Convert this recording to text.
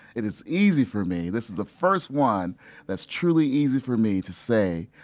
it is easy for me this is the first one that's truly easy for me to say,